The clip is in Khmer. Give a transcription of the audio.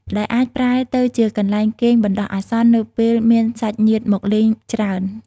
ដែលអាចប្រែទៅជាកន្លែងគេងបណ្តោះអាសន្ននៅពេលមានសាច់ញាតិមកលេងច្រើន។